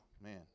man